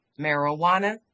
marijuana